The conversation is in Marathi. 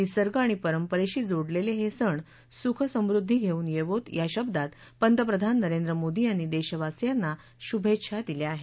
निसर्ग आणि परंपरेशी जोडलेले हे सण सुख समृद्वी घेऊन येवो या शब्दात पंतप्रधान नरेंद्र मोदी यांनी देशवासियांना शुभेच्छा दिल्या आहेत